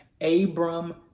Abram